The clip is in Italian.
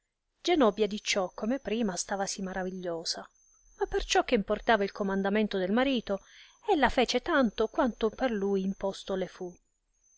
genobbia di ciò come prima sfavasi maravigliosa ma per ciò che importava il comandamento del marito ella fece tanto quanto per lui imposto le fu